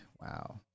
wow